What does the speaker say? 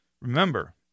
remember